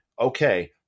okay